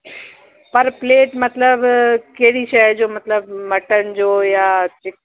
पर प्लेट मतलबु कहिड़ी शइ जो मतलबु मटन जो या चिक